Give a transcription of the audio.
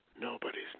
Nobody's